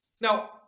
Now